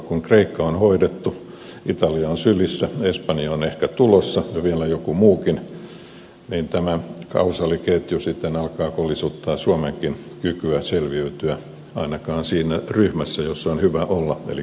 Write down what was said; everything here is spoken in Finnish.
kun kreikka on hoidettu italia on sylissä espanja on ehkä tulossa ja vielä joku muukin niin tämä kausaaliketju sitten alkaa kolisuttaa suomenkin kykyä selviytyä ainakin siinä ryhmässä jossa on hyvä olla eli kolmessa assa